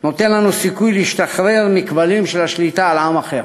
נותן לנו סיכוי להשתחרר מכבלים של השליטה על עם אחר.